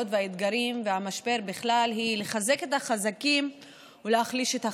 והאתגרים והמשבר בכלל היא לחזק את החזקים ולהחליש את החלשים,